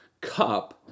cup